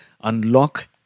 Unlock